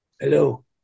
Hello